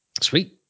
Sweet